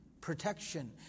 protection